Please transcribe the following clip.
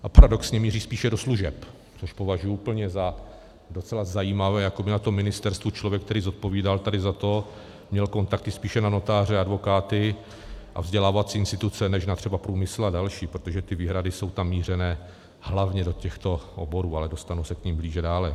A paradoxně míří do služeb, což považuji úplně za docela zajímavé, jako by na tom ministerstvu člověk, který zodpovídal tady za to, měl kontakty spíše na notáře, advokáty a vzdělávací instituce než třeba průmysl a další, protože ty výhrady jsou tam mířené hlavně do těchto oborů, ale dostanu se k nim blíže dále.